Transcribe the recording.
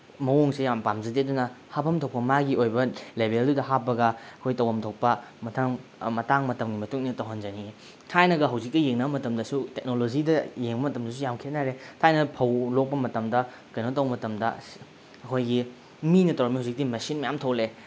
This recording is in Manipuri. ꯃꯑꯣꯡꯁꯦ ꯌꯥꯝ ꯄꯥꯝꯖꯗꯦ ꯑꯗꯨꯅ ꯍꯥꯞꯐꯝ ꯊꯣꯛꯄ ꯃꯥꯒꯤ ꯑꯣꯏꯕ ꯂꯦꯕꯦꯜꯗꯨꯗ ꯍꯥꯞꯄꯒ ꯑꯩꯈꯣꯏ ꯇꯧꯕꯝ ꯊꯣꯛꯄ ꯃꯇꯥꯡ ꯃꯇꯝꯒꯤ ꯃꯇꯨꯡꯏꯟꯅ ꯇꯧꯍꯟꯖꯅꯤꯡꯏ ꯊꯥꯏꯅꯒ ꯍꯧꯖꯤꯛꯀ ꯌꯦꯡꯅ ꯃꯇꯝꯗꯁꯨ ꯇꯦꯛꯅꯣꯂꯣꯖꯤꯗ ꯌꯦꯡꯕ ꯃꯇꯝꯗꯁꯨ ꯌꯥꯝ ꯈꯦꯅꯔꯦ ꯊꯥꯏꯅ ꯐꯧ ꯂꯣꯛꯄ ꯃꯇꯝꯗ ꯀꯩꯅꯣ ꯇꯧ ꯃꯇꯝꯗ ꯑꯩꯈꯣꯏꯒꯤ ꯃꯤꯅ ꯇꯧꯔꯝꯕꯗꯨ ꯍꯧꯖꯤꯛꯇꯤ ꯃꯦꯁꯤꯟ ꯃꯌꯥꯝ ꯊꯣꯛꯂꯛꯑꯦ